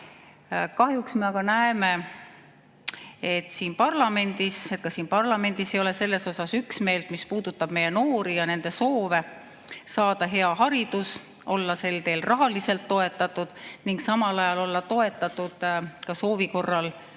Kahjuks me aga näeme, et siin parlamendis ei ole üksmeelt selles, mis puudutab meie noori ja nende soove saada hea haridus, olla sel teel rahaliselt toetatud ning samal ajal olla toetatud ka soovi korral